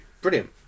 Brilliant